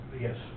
Yes